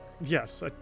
Yes